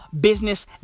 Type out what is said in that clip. Business